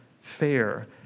fair